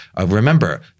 remember